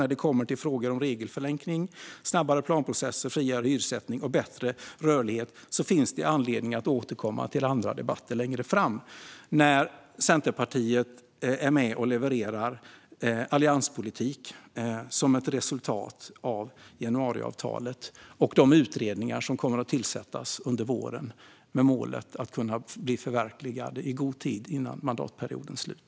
När det kommer till frågor om regelförenklingar, snabbare planprocesser, friare hyressättning och bättre rörlighet finns det anledning att återkomma till andra debatter längre fram när Centerpartiet kommer att vara med och leverera allianspolitik som ett resultat av januariavtalet och de utredningar som kommer att tillsättas under våren med målet att bli förverkligade i god tid före mandatperiodens slut.